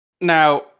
Now